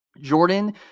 Jordan